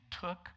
took